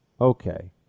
okay